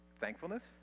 Thankfulness